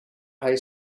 high